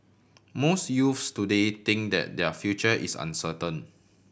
most youths today think that their future is uncertain